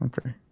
okay